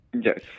Yes